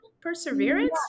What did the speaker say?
Perseverance